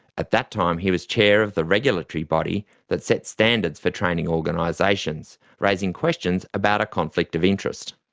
at that time he was chair of the regulatory body that set standards for training organisations, raising questions about a conflict of interest.